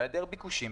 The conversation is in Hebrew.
והיעדר ביקושים,